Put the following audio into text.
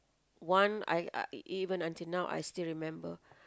one I e~ even until now I still remember